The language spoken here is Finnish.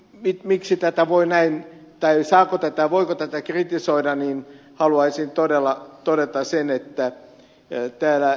nyt miksi tätä voi näin käy saako pohdintaan voiko tätä kritisoida haluaisin todella todeta sen että ed